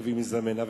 חייבים לזמן.